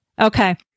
Okay